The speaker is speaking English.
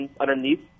underneath